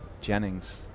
Jennings